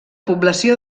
població